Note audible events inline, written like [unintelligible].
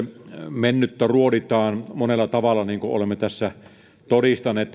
mennyttä ruoditaan monella tavalla niin kuin olemme tässä todistaneet [unintelligible]